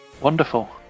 Wonderful